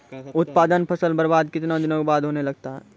उत्पादन फसल बबार्द कितने दिनों के बाद होने लगता हैं?